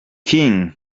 king